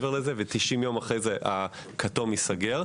ייגרר מעבר לזה ו-90 יום אחרי זה הכתום ייסגר.